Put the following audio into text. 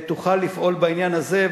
תוכל לפעול בעניין הזה,